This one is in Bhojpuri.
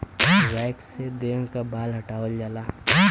वैक्स से देह क बाल हटावल जाला